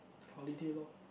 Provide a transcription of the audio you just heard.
holiday loh